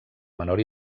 menor